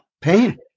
pain